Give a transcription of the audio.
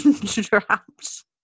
dropped